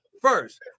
first